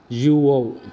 जिउआव